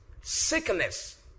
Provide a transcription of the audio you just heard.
sickness